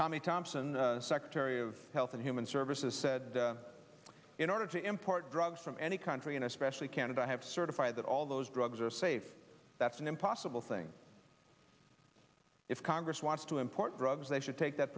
tommy thompson the secretary of health and human services said in order to import drugs from any country and especially canada i have certified that all those drugs are safe that's an impossible thing if congress wants to import drugs they should take that